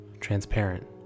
transparent